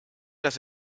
dass